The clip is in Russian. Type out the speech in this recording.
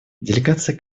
делегация